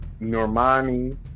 Normani